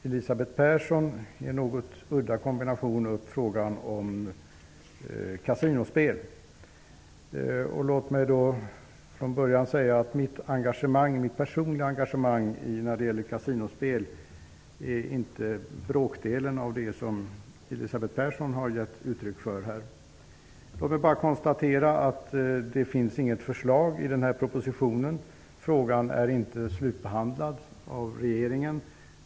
en något udda kombination -- upp frågan om kasinospel. Mitt personliga engagemang när det gäller kasinospel är inte bråkdelen av det engagemang som Elisabeth Persson har gett uttryck för. Det finns inget sådant förslag i propositionen. Frågan är inte slutbehandlad av regeringen.